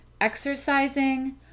exercising